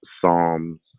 Psalms